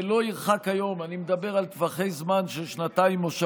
ולא ירחק היום אני מדבר על טווחי זמן של שנתיים או שלוש,